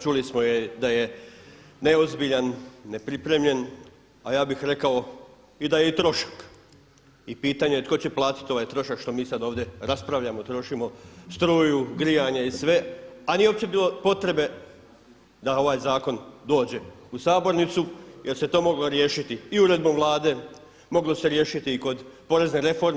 Čuli smo da je neozbiljan, nepripremljen, a ja bih rekao i da je trošak i pitanje tko će platiti ovaj trošak što mi sada ovdje raspravljamo trošimo struju, grijanje i sve, a nije uopće bilo potrebe da ovaj zakon dođe u sabornicu jer se to moglo riješiti i uredbom Vlade, moglo se riješiti kod porezne reforme.